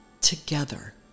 together